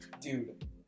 Dude